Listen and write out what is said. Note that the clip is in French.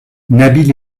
nabil